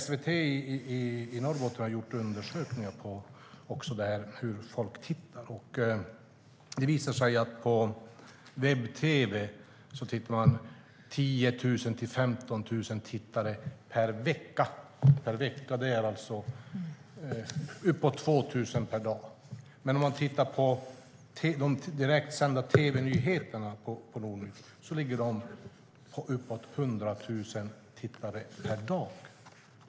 SVT i Norrbotten har gjort undersökningar om hur folk tittar, och det visar sig att webb-tv har 10 000-15 000 tittare per vecka. Det är alltså uppåt 2 000 per dag. De direktsända tv-nyheterna har dock uppåt 100 000 tittare per dag.